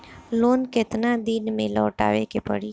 Loan केतना दिन में लौटावे के पड़ी?